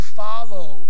follow